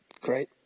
Great